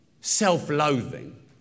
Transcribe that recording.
self-loathing